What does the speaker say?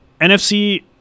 NFC